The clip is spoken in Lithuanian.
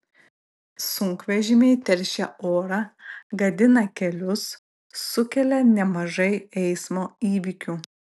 sunkvežimiai teršia orą gadina kelius sukelia nemažai eismo įvykių